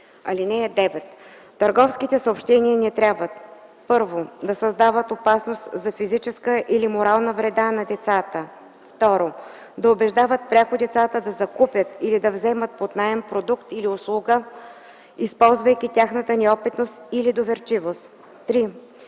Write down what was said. (9) Търговските съобщения не трябва: 1. да създават опасност за физическа или морална вреда на децата; 2. да убеждават пряко децата да закупят или да вземат под наем продукт или услуга, използвайки тяхната неопитност или доверчивост; 3.